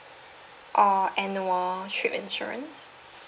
or annual trip insurance